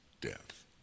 death